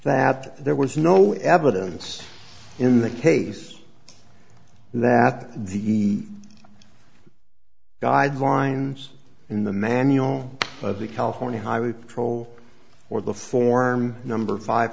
that there was no evidence in the case that the guidelines in the manual of the california highway patrol or the form number five